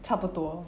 差不多